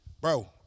Bro